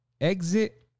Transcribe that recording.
exit